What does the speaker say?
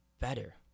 better